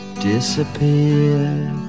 Disappeared